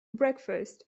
breakfast